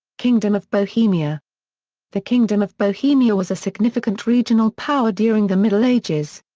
kingdom of bohemia the kingdom of bohemia was a significant regional power during the middle ages.